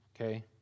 okay